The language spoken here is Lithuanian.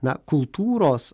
na kultūros